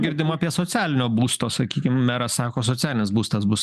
girdim apie socialinio būsto sakykim meras sako socialinis būstas bus